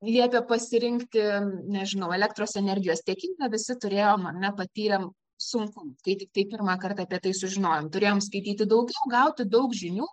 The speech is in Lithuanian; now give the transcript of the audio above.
liepė pasirinkti nežinau elektros energijos tiekimą visi turėjom ar ne patyrėm sunkumų kai tiktai pirmą kartą apie tai sužinojom turėjom skaityti daug gauti daug žinių